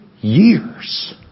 years